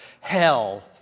hell